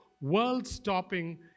world-stopping